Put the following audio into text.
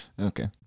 Okay